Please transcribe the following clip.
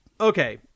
Okay